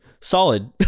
solid